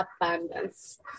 abundance